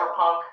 cyberpunk